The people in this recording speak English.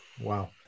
Wow